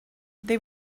they